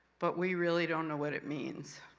but we really don't know what it means.